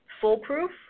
foolproof